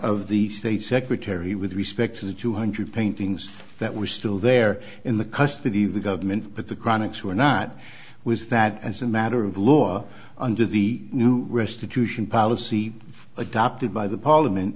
of the state secretary with respect to the two hundred paintings that were still there in the custody of the government but the chronics were not was that as a matter of law under the new restitution policy adopted by the parliament